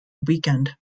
weekend